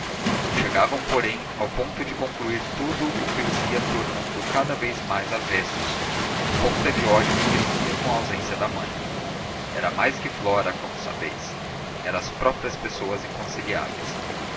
não chegavam porém ao ponto de concluir tudo o que os ia tornando cada vez mais avessos a ponta de ódio que crescia com a ausência da mãe era mais que flora como sabeis eram as próprias pessoas inconciliáveis